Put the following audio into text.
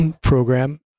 program